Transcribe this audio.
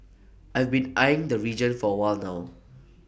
I've been eyeing the region for A while now